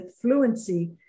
fluency